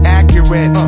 accurate